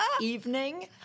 evening